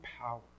power